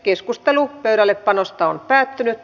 keskustelu pöydällepanosta päättyi